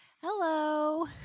Hello